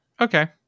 Okay